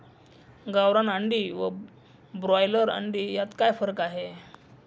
गावरान अंडी व ब्रॉयलर अंडी यात काय फरक आहे?